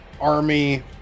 army